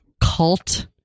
cult